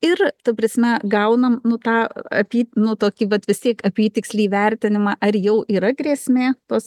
ir ta prasme gaunam nu tą apy nu tokį vat vis tiek apytikslį įvertinimą ar jau yra grėsmė tos